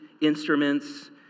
instruments